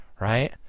right